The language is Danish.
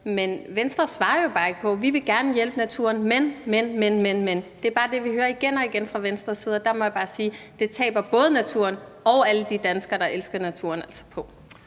Men Venstre svarer jo ikke på hvordan: Vi vil gerne hjælpe naturen, men, men ... Det er bare det, vi hører igen og igen fra Venstres side, og der må jeg bare sige, at det taber både naturen og alle de danskere, der elsker naturen,